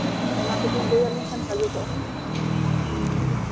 ᱚᱱᱟ ᱠᱚᱵᱤᱱ ᱞᱟᱹᱭ ᱟᱹᱞᱤᱧ ᱠᱷᱟᱱ ᱵᱷᱟᱹᱜᱮ ᱠᱚᱜᱼᱟ